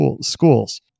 schools